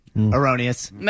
Erroneous